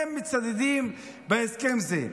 הם מצדדים בהסכם זה.